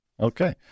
Okay